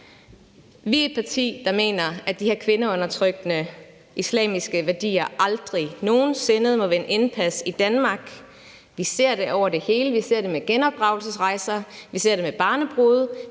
Vi er et parti, der mener, at de her kvindeundertrykkende islamiske værdier aldrig nogen sinde må vinde indpas i Danmark. Vi ser det over det hele. Vi ser det med genopdragelsesrejser, vi ser det med barnebrude,